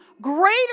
greater